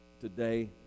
today